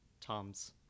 toms